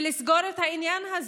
ולסגור את העניין הזה.